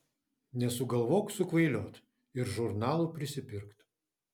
nesugalvok sukvailiot ir žurnalų prisipirkt